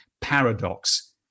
paradox